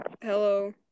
Hello